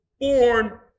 born